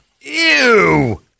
ew